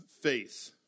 faith